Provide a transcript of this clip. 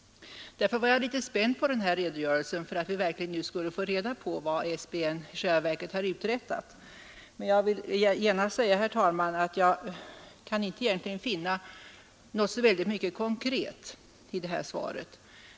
Därför var jag litet spänd på den här redogörelsen, om vi nu verkligen skulle få reda på vad SBN i själva verket har uträttat. Men jag vill genast säga, herr talman, att jag kan egentligen inte finna någonting särskilt konkret i detta svar.